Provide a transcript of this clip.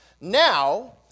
Now